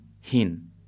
Hin